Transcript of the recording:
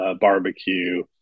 barbecue